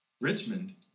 Richmond